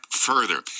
further